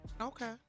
okay